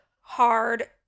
hard